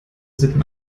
sitten